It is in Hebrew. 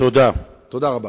תודה רבה.